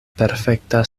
perfekta